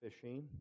fishing